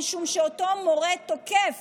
משום שאותו מורה תוקף